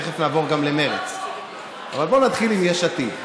תכף נעבור גם למרצ, אבל בואו נתחיל עם יש עתיד,